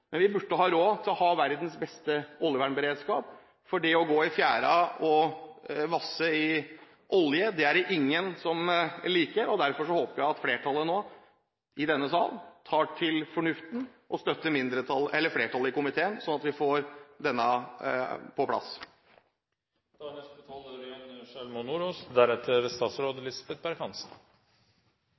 men vi burde ha råd til å ha verdens beste oljevernberedskap, for det å gå i fjæra og vasse i olje er det ingen som liker. Derfor håper jeg at flertallet i denne sal nå tar til fornuften og støtter flertallet i komiteen, sånn at vi får dette på